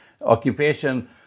occupation